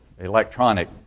electronic